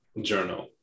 journal